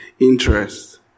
interest